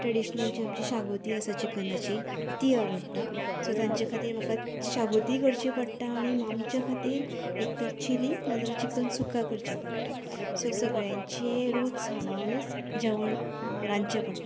traditional जे आमची शागोती आसा चिकनाची ती आवडटा सो तांचें खातीर म्हाका शागोतीय करची पडटा आनी आमच्या खातीर एक तर चिली नाजाल्यार चिकन सुक्का करचे पडटा सो सगळ्यांचें रूच सांबाळूनच जेवण रांदचे पडटा